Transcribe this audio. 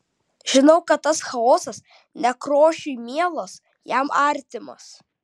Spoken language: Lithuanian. žinau kad tas chaosas nekrošiui mielas jam artimas